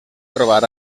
trobar